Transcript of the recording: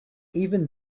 even